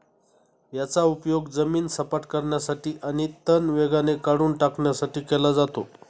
याचा उपयोग जमीन सपाट करण्यासाठी आणि तण वेगाने काढून टाकण्यासाठी केला जातो